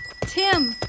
Tim